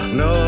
no